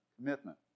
commitment